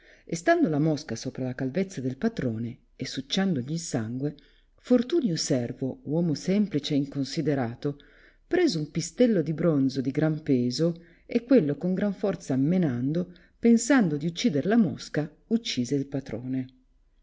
e stando la mosca sopra la calvezza del patrone e succiandogli il sangue fortunio servo uomo semplice e inconsiderato preso un pistello di bronzo di gran peso e quello con gran forza amraenando pensando di uccider la mosca uccise il patrone